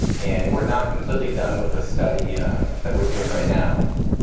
and we're not completely done with the study that we're doing right now.